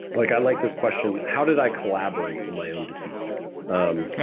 like i like this question, how did i collaborate in my own defeat? um